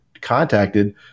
contacted